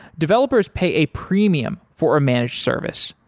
developers pay a premium for a managed service,